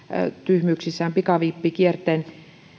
tyhmyyksissään pikavippikierteeseen